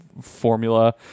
formula